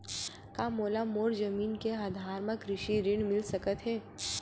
का मोला मोर जमीन के आधार म कृषि ऋण मिल सकत हे?